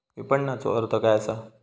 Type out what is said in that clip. विपणनचो अर्थ काय असा?